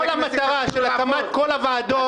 כל המטרה של הקמת כל הוועדות